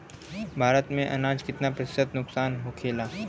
भारत में अनाज कितना प्रतिशत नुकसान होखेला?